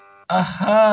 آ ہا